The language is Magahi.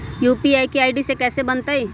यू.पी.आई के आई.डी कैसे बनतई?